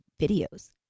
videos